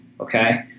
Okay